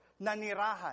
nanirahan